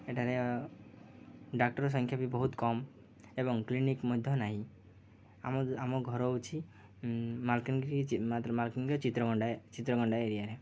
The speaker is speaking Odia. ଏଠାରେ ଡ଼ାକ୍ଟର ସଂଖ୍ୟା ବି ବହୁତ କମ୍ ଏବଂ କ୍ଲିନିକ୍ ମଧ୍ୟ ନାହିଁ ଆମ ଆମ ଘର ହେଉଛି ମାଲକାନଗିରି ମାତ ମାଲକଗିରି ଚିତ୍ରଗଣ୍ଡା ଏରିଆରେ